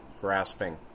grasping